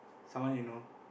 someone you know